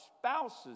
spouses